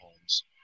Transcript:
homes